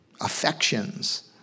affections